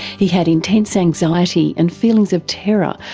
he had intense anxiety and feelings of terror,